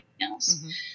else